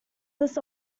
this